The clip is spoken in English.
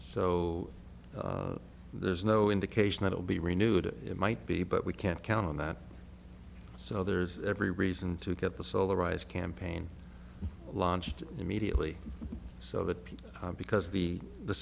so there's no indication that it will be renewed it might be but we can't count on that so there's every reason to get the solar rise campaign launched immediately so that people because the the